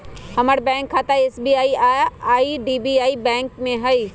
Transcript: हमर बैंक खता एस.बी.आई आऽ आई.डी.बी.आई बैंक में हइ